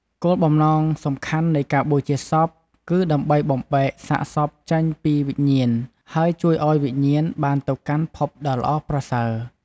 គោលបំណងសំខាន់នៃការបូជាសព គឺដើម្បីបំបែកសាកសពចេញពីវិញ្ញាណ ហើយជួយឱ្យវិញ្ញាណបានទៅកាន់ភពដ៏ល្អប្រសើរ។